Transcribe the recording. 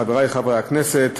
חברי חברי הכנסת,